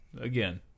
again